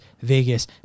Vegas